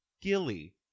Gilly